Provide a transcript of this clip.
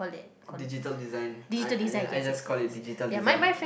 digital design I I I I just call it digital design